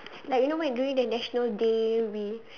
like you know when doing the national day we